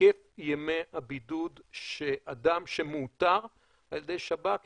בהיקף ימי הבידוד שאדם שמאותר על ידי השב"כ ייכנס.